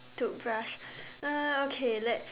toothbrush eh okay let's